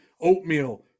oatmeal